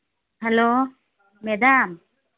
hello madam